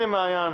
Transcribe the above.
הנה, מעין,